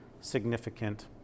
significant